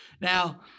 Now